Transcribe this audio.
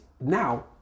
now